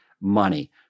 money